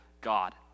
God